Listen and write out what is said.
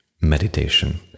meditation